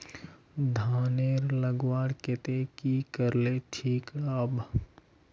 धानेर लगवार केते की करले ठीक राब?